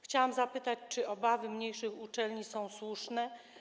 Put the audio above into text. Chciałam zapytać, czy obawy mniejszych uczelni są słuszne.